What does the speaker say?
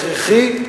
הכרחי,